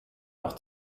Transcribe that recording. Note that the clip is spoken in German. noch